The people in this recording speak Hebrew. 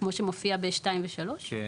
כמו שמופיע ב(2) ו-(3),